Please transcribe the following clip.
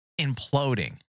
imploding